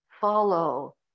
follow